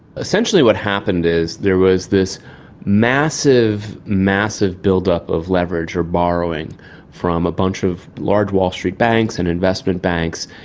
essentially what happened is there was this massive, massive build-up of leverage or borrowing from a bunch of large wall street banks and investment banks,